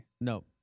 No